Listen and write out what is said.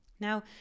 Now